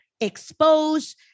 expose